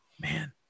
Man